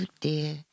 dear